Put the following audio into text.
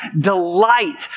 delight